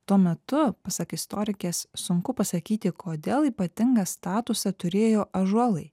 tuo metu pasak istorikės sunku pasakyti kodėl ypatingą statusą turėjo ąžuolai